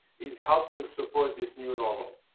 is helping support this new normal.